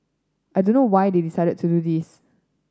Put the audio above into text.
I don't know why they decided to do this